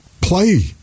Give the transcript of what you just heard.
play